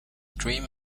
dream